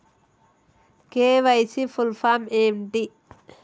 KYC full form ఏంటి?